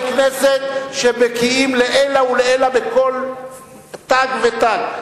כנסת שבקיאים לעילא ולעילא בכל תו ותג,